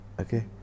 Okay